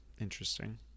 interesting